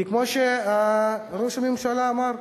כמו שראש הממשלה אמר,